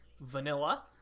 vanilla